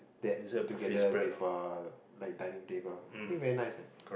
that together with uh like dining table I think very nice eh